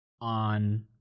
On